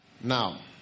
now